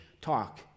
talk